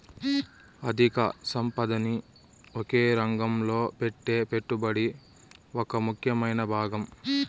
అధిక సంపదని ఒకే రంగంలో పెట్టే పెట్టుబడి ఒక ముఖ్యమైన భాగం